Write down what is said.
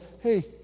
hey